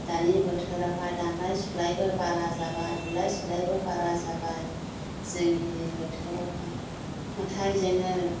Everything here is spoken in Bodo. दानि बोथोरावहाय दानलाय सुलायबो बारा जाबाय बुलाय सुलायबो बारा जाबाय जोंनि बे बोथोरावहाय नाथाय जोङो